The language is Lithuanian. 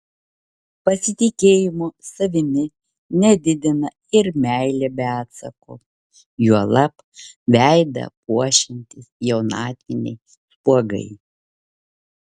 pasitikėjimo savimi nedidina ir meilė be atsako juolab veidą puošiantys jaunatviniai spuogai